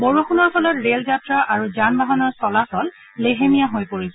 বৰষূণৰ ফলত ৰেলযাত্ৰা আৰু যান বাহনৰ চলাচল লেহেমীয়া হৈ পৰিছে